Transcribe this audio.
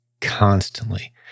constantly